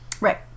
right